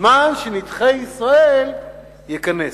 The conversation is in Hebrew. בזמן ש"נדחי ישראל יכנס".